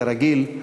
כרגיל,